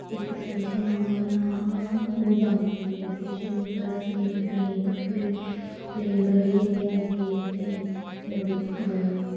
इक स्टेशन हा ओह्दा नांऽ हा निजामुद्दीन स्टेशन उप्परा असें इक ट्रेन पकड़ी ट्रेन पकड़ियै फ्ही अस गे उत्थें बड़ी